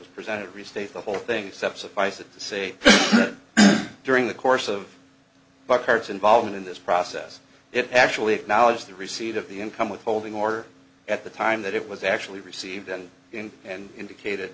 was presented to restate the whole thing except suffice it to say during the course of our parents involvement in this process it actually acknowledged the receipt of the income withholding order at the time that it was actually received then and indicated